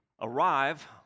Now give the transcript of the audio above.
arrive